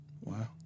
wow